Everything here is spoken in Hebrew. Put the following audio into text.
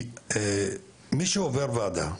מי שעובר ועדה,